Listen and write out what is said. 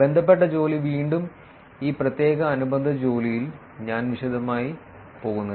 ബന്ധപ്പെട്ട ജോലി വീണ്ടും ഈ പ്രത്യേക അനുബന്ധ ജോലിയിൽ ഞാൻ വിശദമായി പോകുന്നില്ല